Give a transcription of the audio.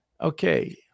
Okay